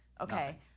Okay